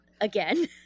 again